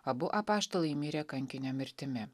abu apaštalai mirė kankinio mirtimi